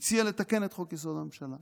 הציע לתקן את חוק-יסוד: הממשלה